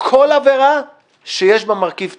כל עבירה שיש בה מרכיב טרור.